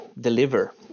deliver